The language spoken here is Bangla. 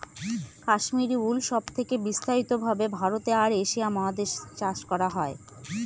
কাশ্মিরী উল সব থেকে বিস্তারিত ভাবে ভারতে আর এশিয়া মহাদেশে চাষ করা হয়